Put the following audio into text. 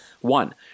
One